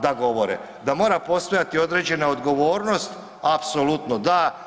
da govore, da mora postojati određena odgovornost apsolutno da.